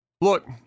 Look